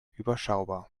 überschaubar